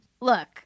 Look